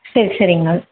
சரி சரிங்க